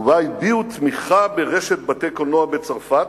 ובה הביעו תמיכה ברשת בתי-קולנוע בצרפת,